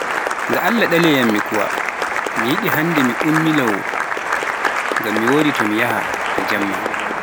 Ga Allah ɗaleyan mi kuuwa, mi yiɗi hannde mi ummilawoo, ngam mi wodi so mi yahaata jemma.